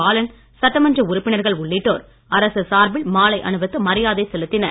பாலன் சட்டமன்ற உறுப்பினர்கள் உள்ளிட்டோர் அரசு சார்பில் மாலை அணிவித்து மரியாதை செலுத்தினர்